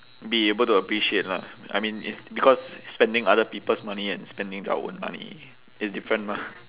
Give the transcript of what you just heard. be able to appreciate lah I mean it's because spending other people's money and spending their own money is different mah